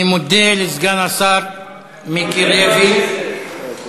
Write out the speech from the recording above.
אני מודה לסגן השר מיקי לוי, איפה הכסף?